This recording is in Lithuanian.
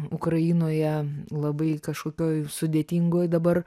ukrainoje labai kažkokioj sudėtingoj dabar